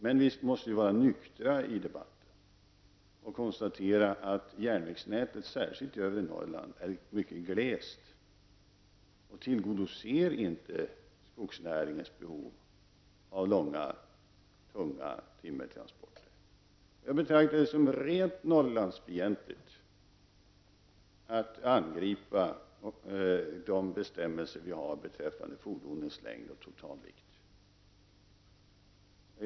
Men vi måste vara nyktra i debatten och konstatera att järnvägsnätet särskilt i övre Norrland är mycket glest och inte tillgodoser skogsnäringens behov av långa, tunga timmertransporter. Jag betraktar det som rent Norrlandsfientligt att angripa de bestämmelser vi har beträffande fordonens längd och totalvikt.